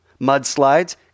Mudslides